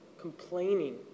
complaining